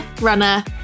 runner